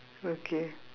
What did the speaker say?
okay